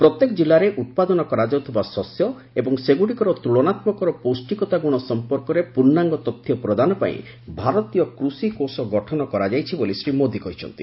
ପ୍ରତ୍ୟେକ ଜିଲ୍ଲାରେ ଉତ୍ପାଦନ କରାଯାଉଥିବା ଶସ୍ୟ ଏବଂ ସେଗୁଡ଼ିକର ତୁଳନାତ୍କ ପୌଷ୍ଟିକତା ଗୁଣ ସମ୍ପର୍କରେ ପୂର୍ଣ୍ଣାଙ୍ଗ ତଥ୍ୟ ପ୍ରଦାନ ପାଇଁ ଭାରତୀୟ କୃଷି କୋଷର ଗଠନ କରାଯାଇଛି ବୋଲି ଶ୍ରୀ ମୋଦି କହିଛନ୍ତି